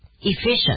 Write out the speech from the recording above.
efficient